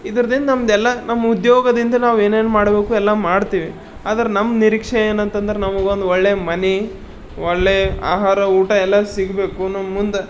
ಇದ್ರದಿಂದ ನಮ್ಮದೆಲ್ಲ ನಮ್ಮ ಉದ್ಯೋಗದಿಂದ ನಾವು ಏನೇನು ಮಾಡಬೇಕು ಎಲ್ಲ ಮಾಡ್ತೀವಿ ಆದ್ರೆ ನಮ್ಮ ನಿರೀಕ್ಷೆ ಏನಂತಂದ್ರೆ ನಮ್ಗೊಂದು ಒಳ್ಳೆ ಮನೆ ಒಳ್ಳೆ ಆಹಾರ ಊಟ ಎಲ್ಲ ಸಿಗಬೇಕು ನಮ್ಮ ಮುಂದೆ